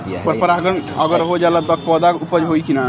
पर परागण अगर हो जाला त का पौधा उपज होई की ना?